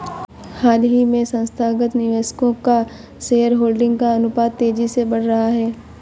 हाल ही में संस्थागत निवेशकों का शेयरहोल्डिंग का अनुपात तेज़ी से बढ़ रहा है